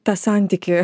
tą santykį